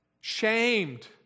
shamed